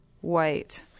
White